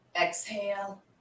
exhale